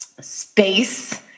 space